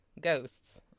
ghosts